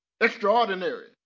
Extraordinary